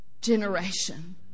generation